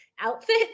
outfit